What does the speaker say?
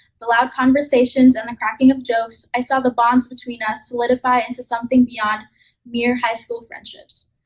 the loud conversations and the cracking of jokes, i saw the bonds between us solidify into something beyond mere high school friendships.